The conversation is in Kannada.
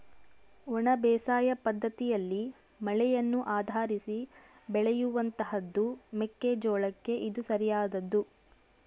ಒಣ ಬೇಸಾಯ ಪದ್ದತಿಯಲ್ಲಿ ಮಳೆಯನ್ನು ಆಧರಿಸಿ ಬೆಳೆಯುವಂತಹದ್ದು ಮೆಕ್ಕೆ ಜೋಳಕ್ಕೆ ಇದು ಸರಿಯಾದದ್ದು